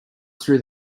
through